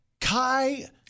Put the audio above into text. Kai